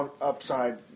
upside